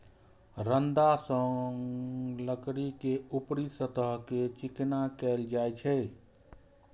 रंदा सं लकड़ी के ऊपरी सतह कें चिकना कैल जाइ छै